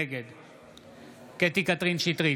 נגד קטי קטרין שטרית,